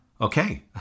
Okay